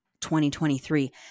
2023